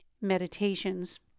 meditations